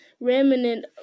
remnant